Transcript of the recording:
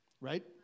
Right